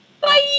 Bye